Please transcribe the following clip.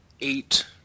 eight